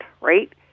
right